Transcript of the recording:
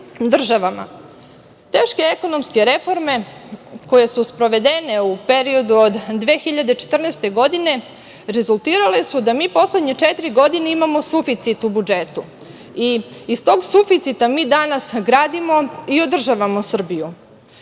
ekonomske reforme koje su sprovedene u periodu od 2014. godine rezultirale su da mi poslednje četiri godine imamo suficit u budžetu. Iz tog suficita mi danas gradimo i održavamo Srbiju.